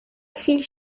chwil